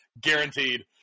Guaranteed